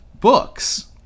books